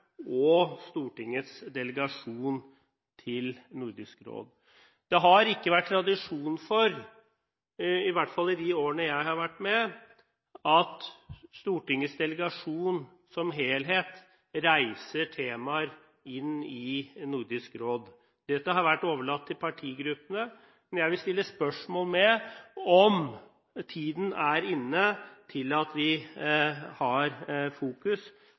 og Stortingets delegasjon til Nordisk Råd. Det har ikke vært tradisjon for, i de årene jeg har vært med i hvert fall, at Stortingets delegasjon som helhet reiser temaer i Nordisk Råd. Dette har vært overlatt til partigruppene, men jeg vil stille spørsmål ved om tiden er inne til å ha fokus